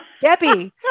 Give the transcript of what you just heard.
Debbie